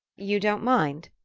you don't mind?